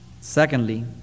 Secondly